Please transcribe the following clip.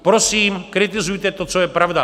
Prosím, kritizujte to, co je pravda.